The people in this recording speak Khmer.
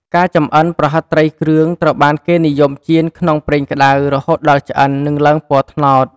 ការចំអិន ប្រហិតត្រីគ្រឿងត្រូវបានគេនិយមចៀនក្នុងប្រេងក្តៅរហូតដល់ឆ្អិន និងឡើងពណ៌ត្នោត។